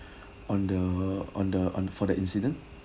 on the on the on for the incident